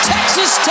Texas